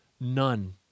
none